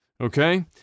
Okay